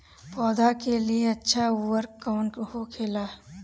पौधा के लिए अच्छा उर्वरक कउन होखेला?